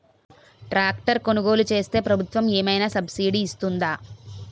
Tractor కొనుగోలు చేస్తే ప్రభుత్వం ఏమైనా సబ్సిడీ ఇస్తుందా?